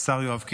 השר יואב קיש.